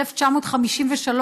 1953,